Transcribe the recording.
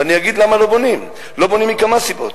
ואני אגיד למה לא בונים, לא בונים מכמה סיבות.